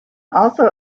also